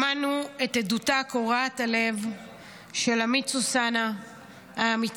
שמענו את עדותה קורעת הלב של עמית סוסנה האמיצה,